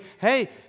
hey